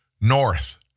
north